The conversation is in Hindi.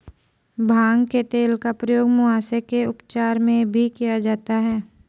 भांग के तेल का प्रयोग मुहासे के उपचार में भी किया जाता है